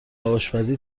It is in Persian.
آشپزی